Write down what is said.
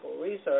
research